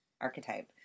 archetype